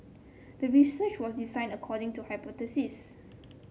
the research was designed according to hypothesis